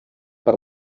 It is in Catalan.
per